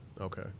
Okay